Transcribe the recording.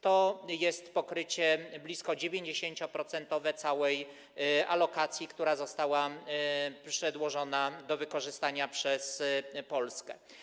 To jest pokrycie blisko 90-procentowe całej alokacji, która została przedłożona do wykorzystania przez Polskę.